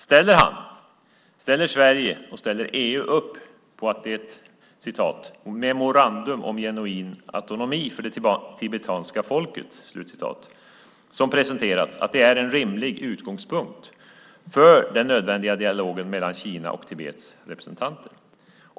Ställer utrikesministern, Sverige och EU upp på att det memorandum om genuin autonomi för det tibetanska folket som presenterats är en rimlig utgångspunkt för den nödvändiga dialogen mellan Kinas och Tibets representanter?